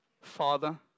Father